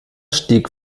stieg